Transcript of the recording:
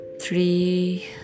Three